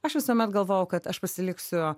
aš visuomet galvojau kad aš pasiliksiu